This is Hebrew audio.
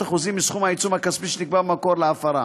אחוזים מסכום העיצום הכספי שנקבע במקור להפרה.